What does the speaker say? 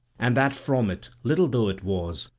and that from it, little though it was,